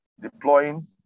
Deploying